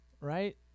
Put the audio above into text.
right